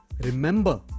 Remember